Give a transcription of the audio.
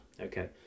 okay